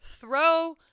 throw